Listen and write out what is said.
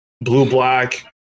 blue-black